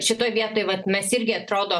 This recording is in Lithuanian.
šitoj vietoj vat mes irgi atrodo